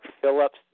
Phillips